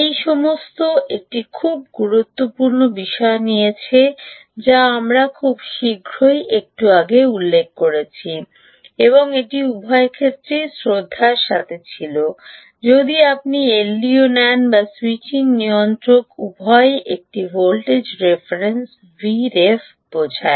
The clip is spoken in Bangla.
এই সমস্ত একটি খুব গুরুত্বপূর্ণ বিষয় নিয়েছে যা আমরা খুব শীঘ্রই একটু আগে উল্লেখ করেছি এবং এটি উভয় ক্ষেত্রেই শ্রদ্ধার সাথে ছিল যদি আপনি এলডিও নেন বা স্যুইচিং নিয়ন্ত্রক উভয়ই একটি ভোল্টেজ রেফারেন্স Vref বোঝায়